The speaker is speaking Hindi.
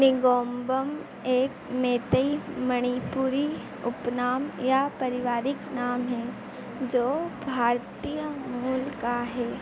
निगोम्बम एक मेतेई मणिपुरी उपनाम या परिवारिक नाम है जो भारतीय मूल का है